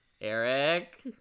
Eric